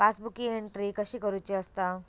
Passbook entry कशी करुची असता?